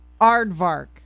aardvark